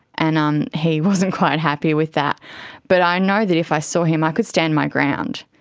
and um he wasn't quite happy with that but i know that if i saw him i could stand my ground.